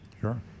Sure